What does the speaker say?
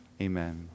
Amen